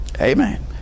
Amen